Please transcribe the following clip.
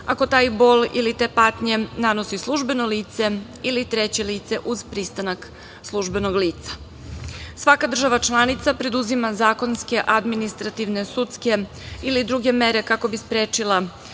ako ta bol i te patnje nanosi službeno lice ili treće lice uz pristanak službenog lica. Svaka država članica preduzima zakonske, administrativne, sudske ili druge mere kako bi sprečila